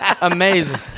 Amazing